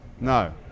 No